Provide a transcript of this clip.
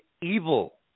evil